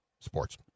sports